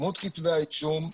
כמות כתבי האישום.